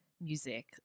music